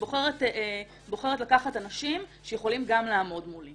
מעבירים איזו הצעת חוק שאתם רוצים כל הצעת